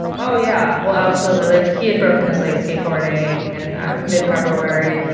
oh yeah. well, absolutely. like, he had broken his leg skateboarding in mid-february.